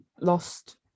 lost